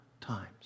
times